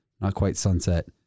not-quite-sunset